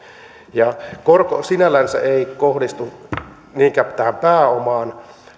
korko sinällänsä ei kohdistu niinkään tähän pääomaan